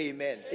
Amen